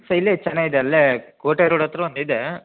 so ಇಲ್ಲೆ ಚೆನ್ನಾಗಿದೆ ಅಲ್ಲೇ ಕೋಟೆ ರೋಡ್ ಹತ್ರ ಒಂದು ಇದೆ